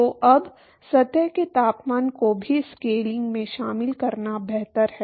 तो अब सतह के तापमान को भी स्केलिंग में शामिल करना बेहतर है